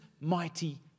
mighty